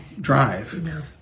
drive